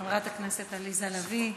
הכנסת עליזה לביא,